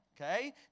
Okay